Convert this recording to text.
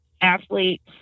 athletes